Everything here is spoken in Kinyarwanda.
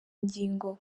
ngingo